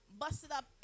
busted-up